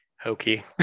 hokey